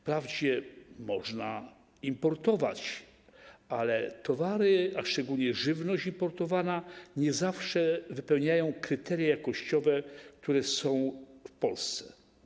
Wprawdzie można importować, ale towary importowane, a szczególnie żywność importowana, nie zawsze wypełniają kryteria jakościowe, które są w Polsce.